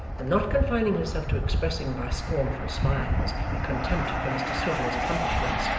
for not confining herself to expressing by scornful smiles a contempt for mr swiveller's accomplishments,